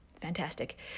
fantastic